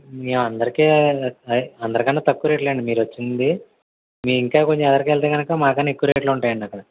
మేమందరికి అదే అందరికన్నా తక్కువ రేట్లే అండి మీరొచ్చింది మీరింకా కొంచెం ఎదురుకు వెళ్తే కనుక మాకన్న ఎక్కువ రేట్లుంటాయి అండి అక్కడ